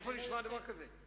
איפה נשמע דבר כזה?